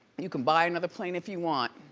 you can buy another plane if you want,